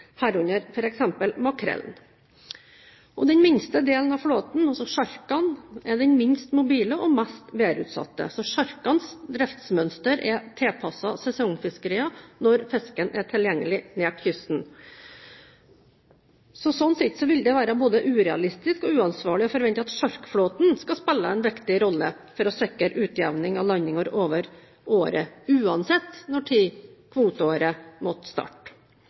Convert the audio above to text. herunder f.eks. fiske av makrell. Den minste delen av flåten – altså sjarkene – er den minst mobile og mest værutsatte, så sjarkenes driftsmønster er tilpasset sesongfiskerier når fisken er tilgjengelig nær kysten. Slik sett vil det være både urealistisk og uansvarlig å forvente at sjarkflåten skal spille en viktig rolle for å sikre utjevning av landingene over året, uansett når kvoteåret måtte starte.